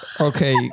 okay